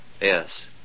Yes